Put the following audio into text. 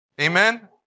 Amen